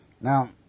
Now